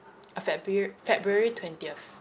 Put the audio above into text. uh febru~ february twentieth